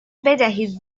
بدهید